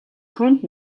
түүнд